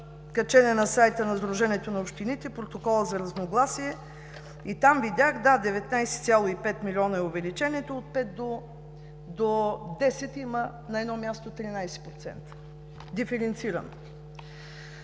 качения на сайта на Сдружението на общините Протокол за разногласие и там видях – да, 19,5 милиона е увеличението, от 5 до 10, има на едно място 13%, диференцирано.